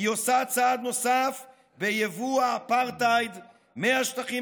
היא עושה צעד נוסף ביבוא האפרטהייד מהשטחים